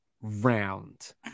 round